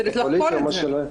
אז צריך לחקור את זה.